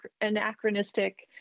anachronistic